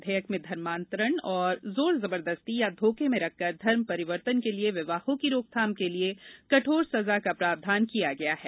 विधेयक में धर्मांतरण और जोर जबरदस्ती या धोखे में रखकर धर्म परिवर्तन के लिए विवाहों की रोकथाम के लिए कठोर सजा का प्रावधान किया गया है